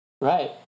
Right